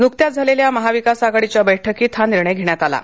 नुकत्याच झालेल्या महाविकास आघाडीच्या बैठकीत हा निर्णय घेण्यात आला आहे